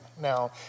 Now